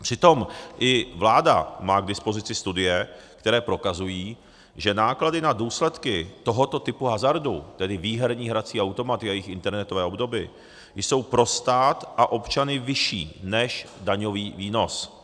Přitom i vláda má k dispozici studie, které prokazují, že náklady na důsledky tohoto typu hazardu, tedy výherní hrací automaty a jejich internetové obdoby, jsou pro stát a občany vyšší než daňový výnos.